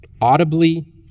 audibly